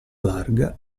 larga